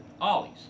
Ollie's